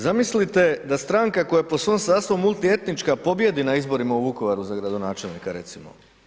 Zamislite da stranka koja po svom sastavu multietnička pobjedi na izborima u Vukovaru za gradonačelnika, recimo.